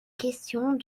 questions